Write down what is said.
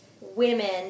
women